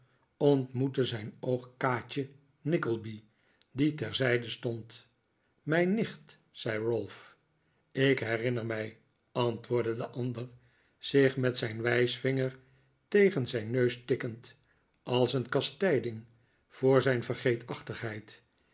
ontmoette zijn oog kaatje nickleby die terzijde stond mijn nicht zei ralph ik herinner mij antwoordde de ander zich met zijn wijsvinger tegen zijn neus tikkend als een kastijding voor zijn